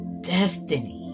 destiny